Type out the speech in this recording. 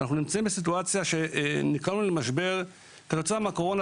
אנחנו נמצאים בסיטואציה שבה נקלענו למשבר כתוצאה מהקורונה,